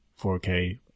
4K